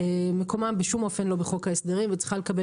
מקומה בשום אופן לא בחוק ההסדרים והיא צריכה לקבל